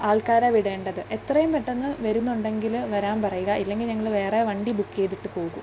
ആൾക്കാരെ വിടേണ്ടത് എത്രയും പെട്ടെന്ന് വരുന്നുണ്ടെങ്കിൽ വരാൻ പറയുക ഇല്ലെങ്കിൽ ഞങ്ങൾ വേറെ വണ്ടി ബുക്ക് ചെയ്തിട്ട് പോകും